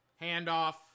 Handoff